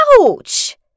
Ouch